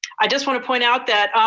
i just want to point out that,